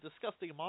disgusting